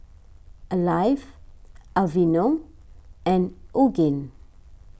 Alive Aveeno and Yoogane